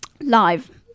Live